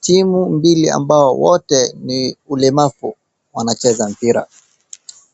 Timu mbili ambao wote ni ulemavu wanacheza mpira.